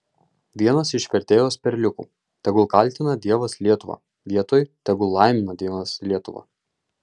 vienas iš vertėjos perliukų tegul kaltina dievas lietuvą vietoj tegul laimina dievas lietuvą